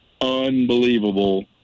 unbelievable